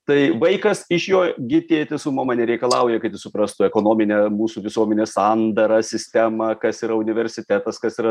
tai vaikas iš jo gi tėtis su mama nereikalauja kad jis suprastų ekonominę mūsų visuomenės sandarą sistemą kas yra universitetas kas yra